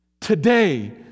Today